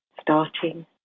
starting